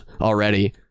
already